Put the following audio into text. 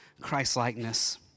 Christ-likeness